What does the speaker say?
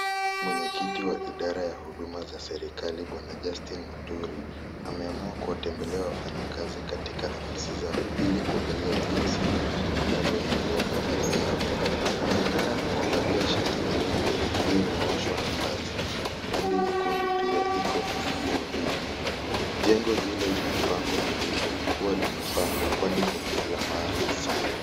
Mweneyeketi wa idara ya huduma za serikali bwana Justin Muturi, ameamua kuwatembelea wafanyakazi katika afisi zao ili kuangalia jinsi wanavyoendelea na kazi yao. Wameng'ara na kuvalia shati nyeupe iliyonyooshwa na pasi. Rangi nyekundu pia iko kwenye nguo hio. Jengo hilo limepangwa vilivyo na kuwa limepambwa kwani ni la maana sana.